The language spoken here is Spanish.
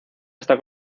está